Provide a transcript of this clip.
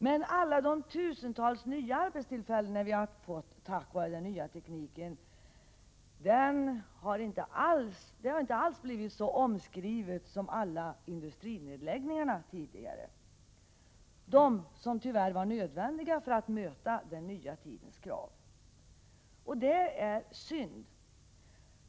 Men alla de tusentals nya arbetstillfällen som vi har fått tack vare den nya tekniken har inte alls blivit lika omskrivna som alla tidigare industrinedläggningar, vilka tyvärr var nödvändiga för att möta den nya tidens krav. Detta är synd.